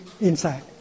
inside